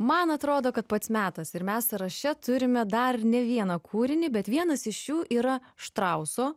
man atrodo kad pats metas ir mes sąraše turime dar ne vieną kūrinį bet vienas iš jų yra štrauso